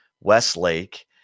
Westlake